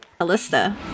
Alyssa